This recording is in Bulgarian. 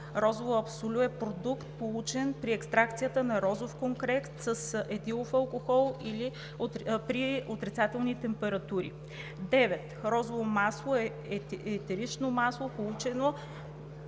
„Розово абсолю“ е продукт, получен при екстракцията на розов конкрет с етилов алкохол при отрицателни температури. 9. „Розово масло“ е етерично масло, получено